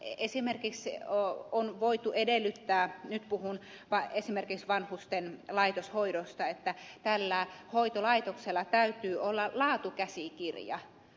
esimerkiksi on voitu edellyttää nyt puhun esimerkiksi vanhusten laitoshoidosta että tällä hoitolaitoksella täytyy olla laatukäsikirja